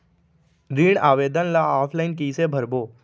ऋण आवेदन ल ऑफलाइन कइसे भरबो?